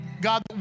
God